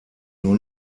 nur